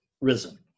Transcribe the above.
risen